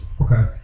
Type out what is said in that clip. Okay